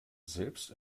selbst